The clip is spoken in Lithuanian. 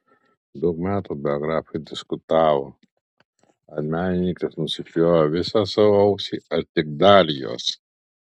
daug metų biografai diskutavo ar menininkas nusipjovė visą savo ausį ar tik dalį jos